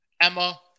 Emma